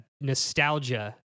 nostalgia